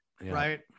right